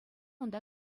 унта